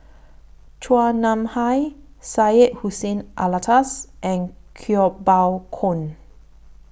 Chua Nam Hai Syed Hussein Alatas and Kuo Pao Kun